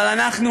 אבל אנחנו?